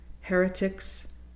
heretics